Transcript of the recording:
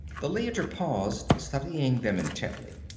the leiter paused, studying them intently.